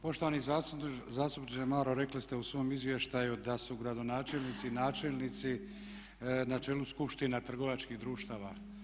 Poštovani zastupniče Maro rekli ste u svom izvještaju da su gradonačelnici, načelnici na čelu skupština trgovačkih društava.